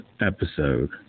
episode